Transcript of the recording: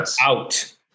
out